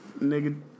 nigga